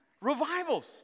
revivals